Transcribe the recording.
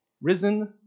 risen